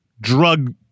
drug